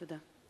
תודה.